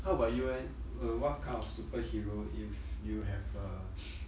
how about you eh uh what kind of superhero if you have a